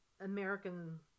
American